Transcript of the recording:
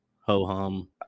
ho-hum